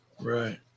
Right